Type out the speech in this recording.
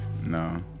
No